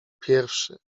pierwszy